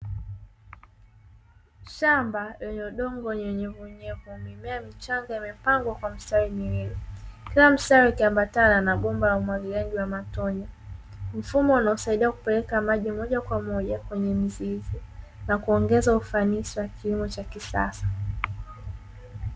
Shamba lenye udongo wenye unyevunyevu mimea mchanga imepangwa kwa mstari miwili, kila mstari ukiambatana na bomba la umwagiliaji wa matone, mfumo unaosaidia kupeleka maji moja kwa moja kwenye mizizi na kuongeza ufanisi wa kilimo cha kisasa.